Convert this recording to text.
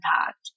impact